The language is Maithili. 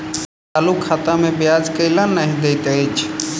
चालू खाता मे ब्याज केल नहि दैत अछि